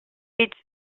its